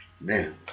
man